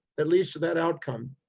at least to that outcome.